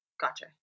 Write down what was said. Gotcha